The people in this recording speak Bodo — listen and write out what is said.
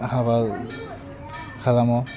हाबा खालामो